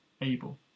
able